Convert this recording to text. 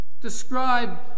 describe